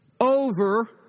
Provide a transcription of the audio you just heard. Over